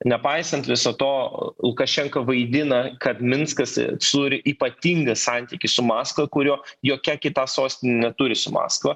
nepaisant viso to lukašenka vaidina kad minskas turi ypatingą santykį su maskva kurio jokia kita sostinė neturi su maskva